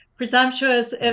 presumptuous